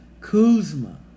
Kuzma